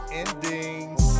endings